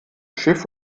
schiff